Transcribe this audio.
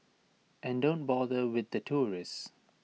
and don't bother with the tourists